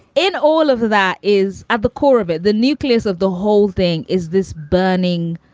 and all of that is at the core of it. the nucleus of the whole thing is this burning,